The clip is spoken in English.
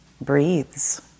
breathes